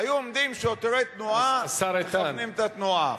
היו עומדים שוטרי תנועה ומכוונים את התנועה,